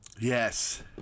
Yes